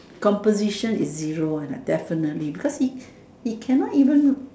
composition is zero one definitely because he he cannot even